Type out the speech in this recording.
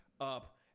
up